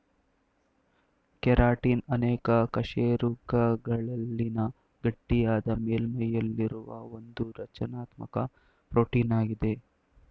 keratin ಅನೇಕ ಕಶೇರುಕಗಳಲ್ಲಿನ ಗಟ್ಟಿಯಾದ ಮೇಲ್ಮೈಯಲ್ಲಿರುವ ಒಂದುರಚನಾತ್ಮಕ ಪ್ರೋಟೀನಾಗಿದೆ